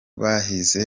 bahize